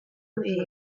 who